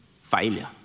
failure